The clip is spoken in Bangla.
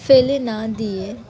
ফেলে না দিয়ে